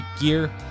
gear